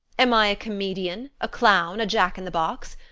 am i a comedian, a clown, a jack-in-the-box?